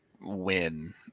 win